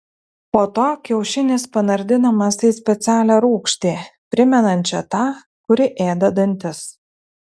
po to kiaušinis panardinamas į specialią rūgštį primenančią tą kuri ėda dantis